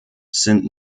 sind